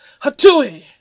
Hatui